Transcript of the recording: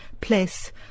place